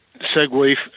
segue